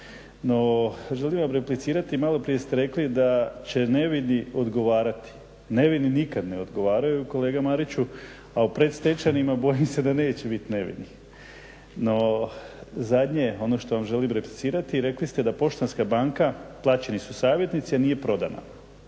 No želim vam replicirati, malo prije ste rekli da će nevini odgovarati, nevini nikad ne odgovaraju kolega Mariću, a o predstečajnim bojim se da neće biti nevinih no zadnje ono što vam želim replicirati, rekli ste da Poštanska banka, plaćeni su savjetnici a nije prodana.